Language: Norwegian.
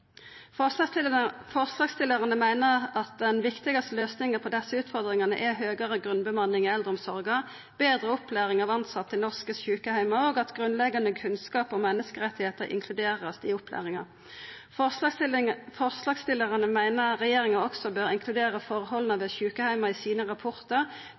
Forslagsstillarane meiner at den viktigaste løysinga på desse utfordringane er høgare grunnbemanning i eldreomsorga, betre opplæring av tilsette i norske sjukeheimar og at grunnleggjande kunnskap om menneskerettar vert inkludert i opplæringa. Forslagsstillarane meiner regjeringa også bør inkludera forholda ved sjukeheimar i sine rapportar